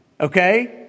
Okay